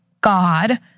God